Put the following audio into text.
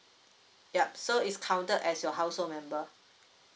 ya so it's counted as your household member